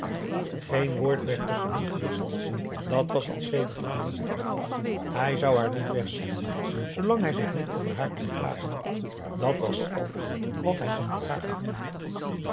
geen woord werd tusschen hen gewisseld dàt was al sedert lang niet het geval hij zou haar niet wegzenden zoolang hij zich niet over haar te beklagen had dat was alles wat hij nog voor haar gevoelde